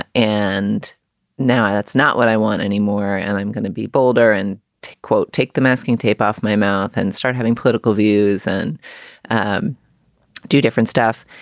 ah and now that's not what i want anymore. and i'm gonna be bolder and quote, take the masking tape off my mouth and start having political views and and do different stuff.